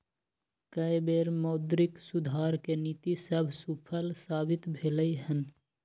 कय बेर मौद्रिक सुधार के नीति सभ सूफल साबित भेलइ हन